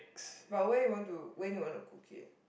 but when you want to when you want to cook it